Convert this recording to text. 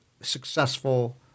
successful